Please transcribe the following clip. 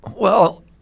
Well-